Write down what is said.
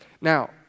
Now